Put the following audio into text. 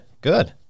Good